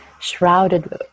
shrouded